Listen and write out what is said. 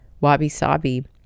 Wabi-sabi